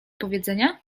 powiedzenia